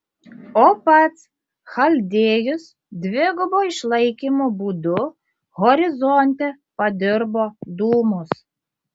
o pats chaldėjus dvigubo išlaikymo būdu horizonte padirbo dūmus